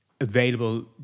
available